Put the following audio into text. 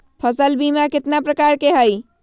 फसल बीमा कतना प्रकार के हई?